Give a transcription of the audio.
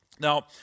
Now